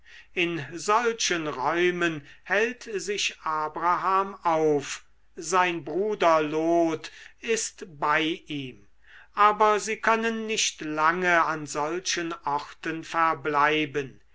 in solchen räumen hält sich abraham auf sein bruder lot ist bei ihm aber sie können nicht lange an solchen orten verbleiben